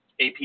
AP